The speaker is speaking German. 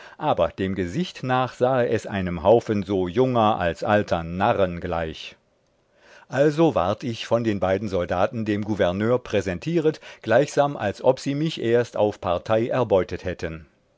aber dem gesicht nach sahe es einem haufen so junger als alter narren gleich also ward ich von den beiden soldaten dem gouverneur präsentiert gleichsam als ob sie mich erst auf partei erbeutet hätten